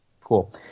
Cool